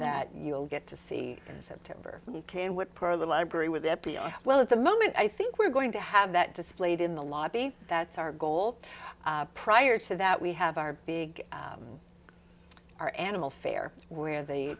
that you'll get to see september and what part of the library with n p r well at the moment i think we're going to have that displayed in the lobby that's our goal prior to that we have our big our animal fair where the